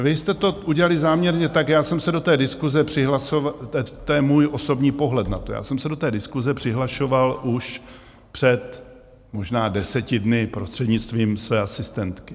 Vy jste to udělali záměrně tak, já jsem se do té diskuse přihlašoval to je můj osobní pohled na to já jsem se do té diskuse přihlašoval už před možná deseti dny prostřednictvím své asistentky.